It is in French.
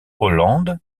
holland